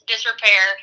disrepair